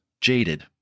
jaded